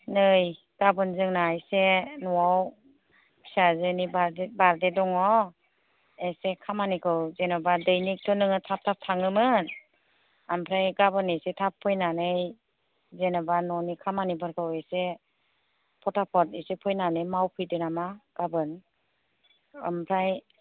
नै गाबोन जोंना एसे न'आव फिसाजोनि बार्थदे दङ एसे खामानिखौ जेनेबा दैनिक थ' नोङो थाब थाब थाङोमोन ओमफ्राय गाबोन एसे थाब फैनानै जेनेबा न'नि खामानिफोरखौ एसे फथाफ'द एसे फैनानै मावफैदो नामा गाबोन ओमफ्राय